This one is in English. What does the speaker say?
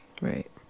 Right